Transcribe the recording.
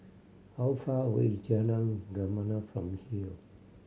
how far away is Jalan Gemala from here